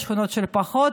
יש שכונות שפחות,